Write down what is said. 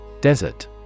Desert